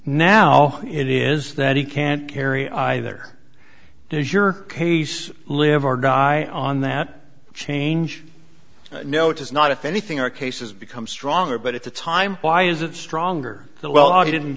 now it is that he can't carry either does your case live or die on that change no it is not if anything our cases become stronger but at the time why is it stronger that well i didn't